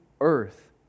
earth